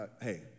Hey